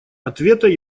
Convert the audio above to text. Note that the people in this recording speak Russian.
ответа